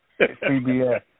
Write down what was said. CBS